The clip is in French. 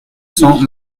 cent